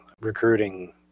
recruiting